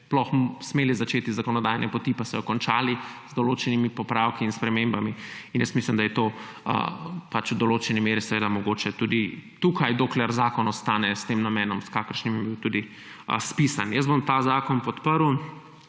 bi smeli začeti zakonodajne poti, pa so jo končali z določenimi popravki in spremembami. Mislim, da je to v določeni meri mogoče tudi tukaj, dokler zakon ostane s tem namenom, s kakršnim je bil spisan. Jaz bom ta zakon podprl,